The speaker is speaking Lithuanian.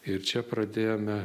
ir čia pradėjome